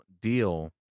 deal